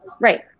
right